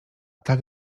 tak